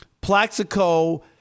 Plaxico